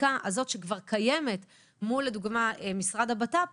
החקיקה הזאת שכבר קיימת מול לדוגמה המשרד לביטחון פנים,